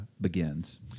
begins